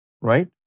right